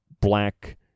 black